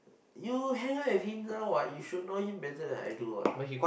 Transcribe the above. you hang out with him now what you should know him better than I do what